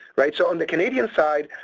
right? so on the canadian side,